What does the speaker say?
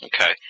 Okay